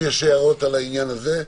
יש הערות לעניין הזה?